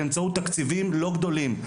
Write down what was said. באמצעות תקציבים לא גדולים,